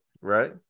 Right